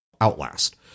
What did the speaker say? Outlast